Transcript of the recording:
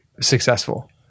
successful